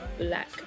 black